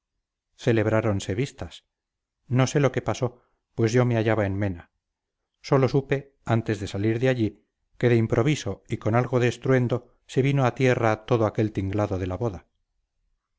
guardia celebráronse vistas no sé lo que pasó pues yo me hallaba en mena sólo supe antes de salir de allí que de improviso y con algo de estruendo se vino a tierra todo aquel tinglado de la boda